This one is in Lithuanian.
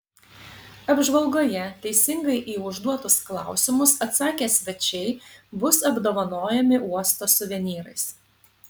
apžvalgoje teisingai į užduotus klausimus atsakę svečiai bus apdovanojami uosto suvenyrais